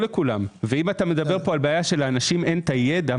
ואם אתה מדבר על כך שלאנשים אין הידע,